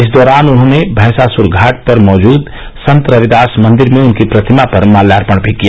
इस दौरान उन्होंने भैंसासुर घाट पर मौजूद संतरविदास मंदिर में उनकी प्रतिमा पर माल्यार्पण भी किया